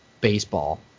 baseball